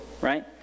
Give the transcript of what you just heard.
right